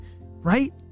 right